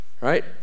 right